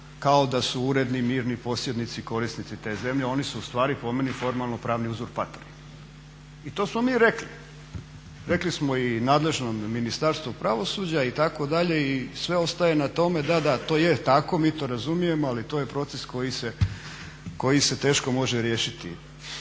kao da su uredni, mirni posjednici i korisnici te zemlje. Oni su u stvari po meni formalno-pravni uzurpatori. I to smo mi rekli, rekli smo i nadležnom Ministarstvu pravosuđa itd. i sve ostaje na tome da, da to je tako, mi to razumijemo ali to je proces koji se teško može riješiti.